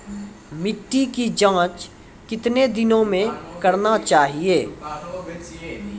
मिट्टी की जाँच कितने दिनों मे करना चाहिए?